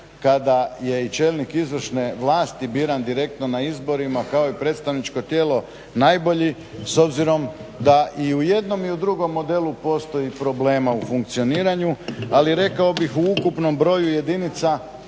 kad je i čelnik izvršne vlasti biran direktno na izborima kao i predstavničko tijelo najbolji s obzirom da i u jednom i u drugom modelu postoji problema u funkcioniranju, ali rekao bih u ukupnom broju jedinica